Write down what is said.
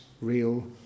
real